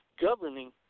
governing